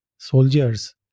Soldiers